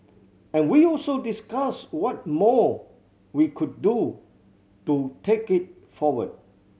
and we also discussed what more we could do to take it forward